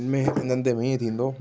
हिनमें हिक धंधे में हीअं थींदो